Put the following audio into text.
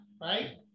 right